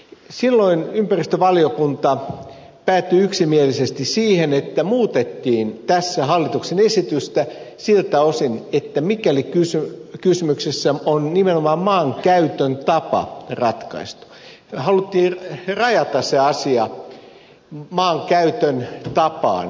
silloin ympäristövaliokunta päätyi yksimielisesti siihen että muutettiin tässä hallituksen esitystä siltä osin että mikäli kyse on kysymyksessä on nimen omaan käyttöön tapaa ratkaistu haluttiin rajata se asia maankäytön tapaan